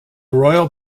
royal